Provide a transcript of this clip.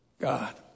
God